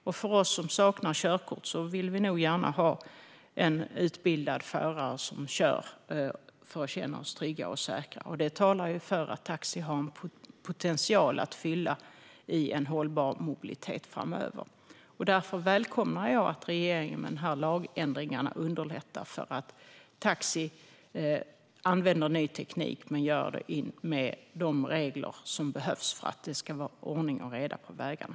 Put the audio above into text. Vi som saknar körkort vill nog gärna att det ska vara en utbildad förare som kör för att vi ska känna oss trygga och säkra. Detta talar för att taxi har en potential i en hållbar mobilitet framöver. Därför välkomnar jag att regeringen med den här lagändringen underlättar för att taxi använder ny teknik men med de regler som behövs för att det ska vara ordning och reda på vägarna.